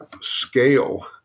scale